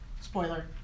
spoiler